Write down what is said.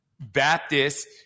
Baptist